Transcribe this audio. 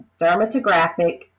dermatographic